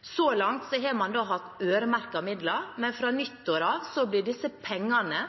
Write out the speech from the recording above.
Så langt har man hatt øremerkede midler, men fra nyttår av blir disse pengene